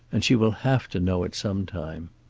and she will have to know it some time.